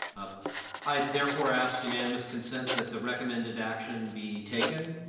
ah i therefore ask unanimous consent that the recommended action be taken.